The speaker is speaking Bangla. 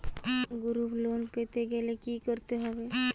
গ্রুপ লোন পেতে গেলে কি করতে হবে?